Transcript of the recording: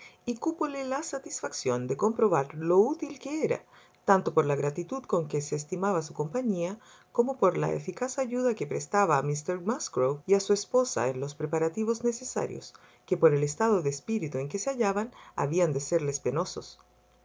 y cúpole la satisfacción de comprobar lo útil que era tanto por la gratitud con que se estimaba su compañía como por la eficaz ayuda que prestaba a míster musgrove y a su esposa en los preparativos necesarios que por el estado de espíritu en que se hallaban habían de serles penosos